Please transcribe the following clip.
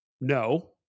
no